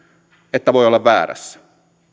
että voi olla väärässä